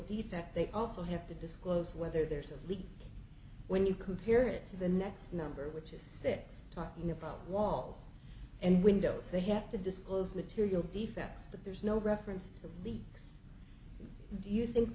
defect they also have to disclose whether there's a leak when you compare it to the next number which is sex talking about walls and windows they have to disclose material defects but there's no reference to the do you think